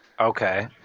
Okay